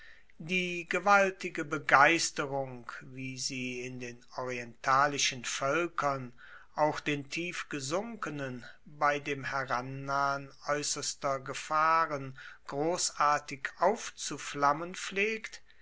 die gewaltige begeisterung wie sie in den orientalischen voelkern auch den tief gesunkenen bei dem herannahen aeusserster gefahren grossartig aufzuflammen pflegt